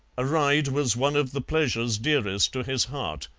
a ride was one of the pleasures dearest to his heart,